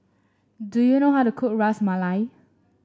do you know how to cook Ras Malai